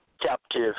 captive